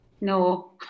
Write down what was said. No